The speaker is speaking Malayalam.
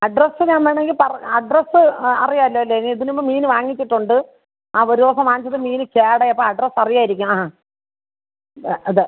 അഡ്രസ്സ് ഞാൻ വേണമെങ്കിൽ പറ അഡ്രസ്സ് അറിയാമല്ലോ അല്ലേ ഇതിന് മുമ്പ് മീൻ വാങ്ങിച്ചിട്ടുണ്ട് ആ ഒരു ദിവസം വാങ്ങിച്ചിട്ട് മീന് കേടായി അപ്പോൾ അഡ്രസ്സ് അറിയാമാരിക്കും ആ അ അതെ